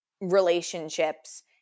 relationships